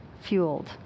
fueled